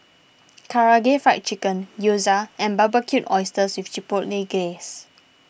Karaage Fried Chicken Gyoza and Barbecued Oysters with Chipotle Glaze